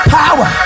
power